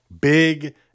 Big